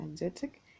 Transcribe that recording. energetic